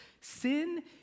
sin